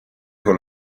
con